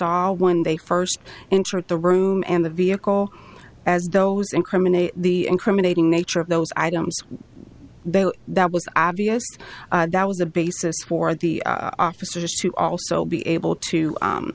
saw when they first entered the room and the vehicle as those incriminate the incriminating nature of those items that was obvious that was the basis for the officers to also be able to